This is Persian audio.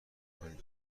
کنی